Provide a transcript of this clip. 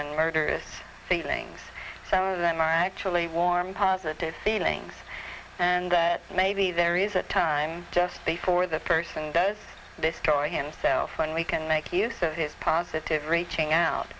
and murder is feelings some of them are actually warm positive feelings and that maybe there is a time just before the person does this story himself and we can make use of his positive reaching out